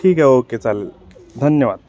ठीक आहे ओके चालेल धन्यवाद